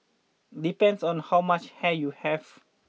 depends on how much hair you have